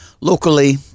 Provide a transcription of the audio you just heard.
Locally